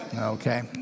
Okay